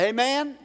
Amen